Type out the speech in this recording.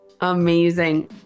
Amazing